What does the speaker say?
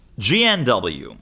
GNW